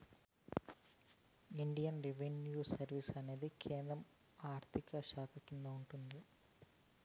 Indian revenue service అనేది కేంద్ర ఆర్థిక శాఖ కింద ఉంటాది